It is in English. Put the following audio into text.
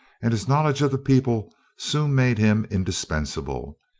and his knowledge of the people soon made him indispensable.